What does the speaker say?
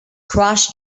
cross